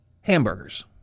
hamburgers